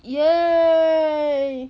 !yay!